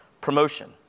promotion